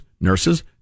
nurses